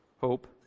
hope